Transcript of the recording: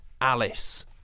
Alice